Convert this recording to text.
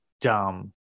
dumb